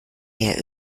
mehr